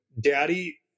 daddy